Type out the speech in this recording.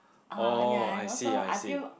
oh I see I see